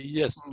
yes